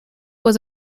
was